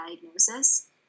diagnosis